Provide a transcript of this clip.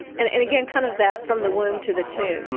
and and, again, kind of that from the womb to the tomb,